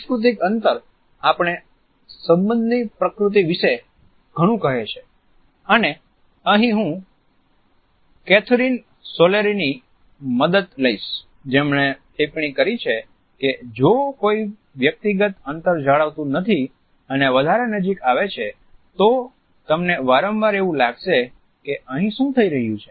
સાંસ્કૃતિક અંતર આપણને સંબંધની પ્રકૃતિ વિશે ઘણું કહે છે અને અહીં હું કેથરિન સોરેલની ની મદદ લઈશ જેમણે ટિપ્પણી કરી છે કે જો કોઈ વ્યક્તિગત અંતર જાળવતું નથી અને વધારે નજીક આવે છે તો તમને વારંવાર એવું લાગશે કે અહીં શું થઈ રહ્યું છે